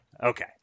Okay